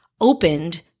opened